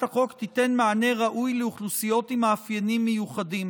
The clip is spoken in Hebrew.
החוק תיתן מענה ראוי לאוכלוסיות עם מאפיינים המיוחדים